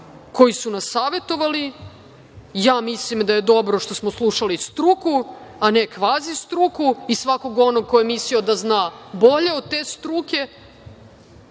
koji su nas savetovali. Lično mislim da je dobro što smo slušali struku, a ne kvazistruku i svakog onog ko je mislio da zna bolje od te